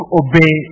obey